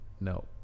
No